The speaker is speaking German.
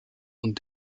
und